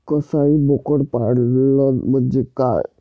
कसाई बोकड पालन म्हणजे काय?